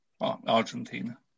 Argentina